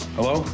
Hello